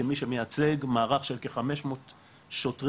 כמי שמייצג מערך של כ-500 שוטרים,